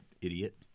idiot